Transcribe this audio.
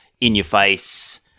in-your-face